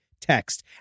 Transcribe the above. text